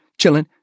chillin